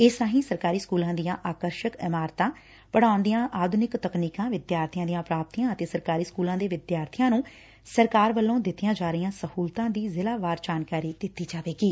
ਇਸ ਰਾਹੀ ਸਰਕਾਰੀ ਸਕੁਲਾਂ ਦੀਆਂ ਆਕਰਸਕ ਇਮਾਰਤਾਂ ਪਤਾਉਣ ਦੀਆਂ ਆਧੁਨਿਕ ਤਕਨੀਕਾ ਵਿਦਿਆਰਥੀਆਂ ਦੀਆਂ ਪ੍ਰਾਪਤੀਆਂ ਅਤੇ ਸਰਕਾਰੀ ਸਕੁਲਾਂ ਦੇ ਵਿਦਿਆਰਥੀਆਂ ਨੂੰ ਸਰਕਾਰ ਵਲੋਂ ਦਿਂਤੀਆਂ ਜਾ ਰਹੀਆਂ ਸਹੁਲਤਾਂ ਦੀ ਜ਼ਿਲੁਾ ਵਾਰ ਜਾਣਕਾਰੀ ਦਿੱਤੀ ਜਾਵੇਗੀ